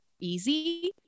easy